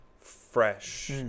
fresh